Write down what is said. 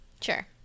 Sure